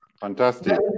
Fantastic